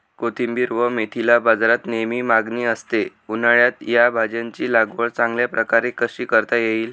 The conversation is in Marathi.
कोथिंबिर व मेथीला बाजारात नेहमी मागणी असते, उन्हाळ्यात या भाज्यांची लागवड चांगल्या प्रकारे कशी करता येईल?